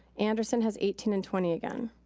andersen has eighteen and twenty, again.